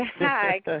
Hi